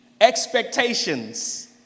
Expectations